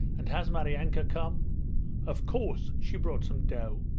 and has maryanka come of course! she brought some dough